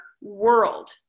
world